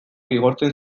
igortzen